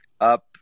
Up